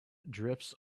drifts